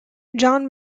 john